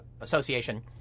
Association